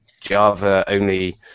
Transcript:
Java-only